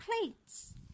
plates